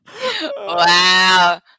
Wow